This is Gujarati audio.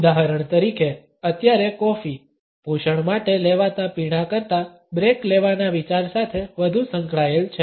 ઉદાહરણ તરીકે અત્યારે કોફી પોષણ માટે લેવાતા પીણા કરતાં બ્રેક લેવાના વિચાર સાથે વધુ સંકળાયેલ છે